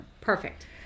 Perfect